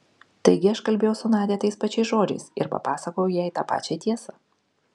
taigi aš kalbėjau su nadia tais pačiais žodžiais ir papasakojau jai tą pačią tiesą